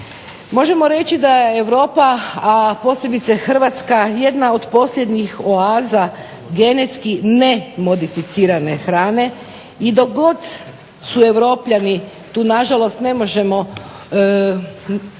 Možemo reći da je Europa, a posebice Hrvatska jedna od posljednjih oaza genetski nemodificirane hrane i dok god su Europljani, tu nažalost ne možemo govoriti